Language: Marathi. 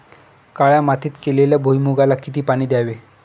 काळ्या मातीत केलेल्या भुईमूगाला किती पाणी द्यावे?